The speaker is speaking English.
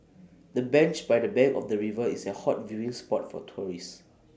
the bench by the bank of the river is A hot viewing spot for tourists